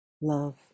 love